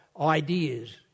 ideas